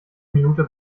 minute